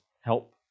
help